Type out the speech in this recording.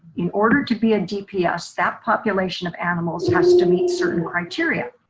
in order to be a dps that population of animals has to meet certain criteria.